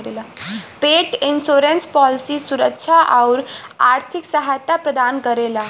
पेट insurance policy सुरक्षा आउर आर्थिक सहायता प्रदान करेला